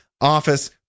Office